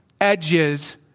edges